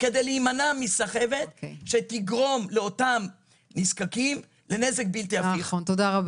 כדי להימנע מסחבת שתגרום לאותם נזקקים לנזק בלתי הפיך.